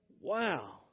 Wow